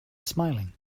smiling